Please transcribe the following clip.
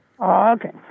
okay